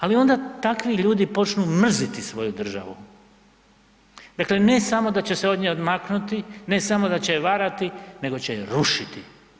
Ali onda takvi ljudi počnu mrziti svoju državu, dakle ne samo da će se od nje maknuti, ne samo da će je varati nego će je rušiti.